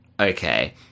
okay